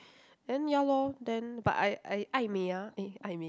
then ya lor then but I I 爱美 ah eh 爱美